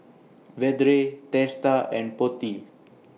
Vedre Teesta and Potti